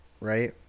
right